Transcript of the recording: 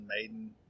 maiden